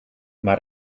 maar